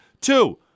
Two